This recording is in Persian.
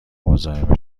مزاحم